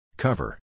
Cover